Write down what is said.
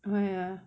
oh ya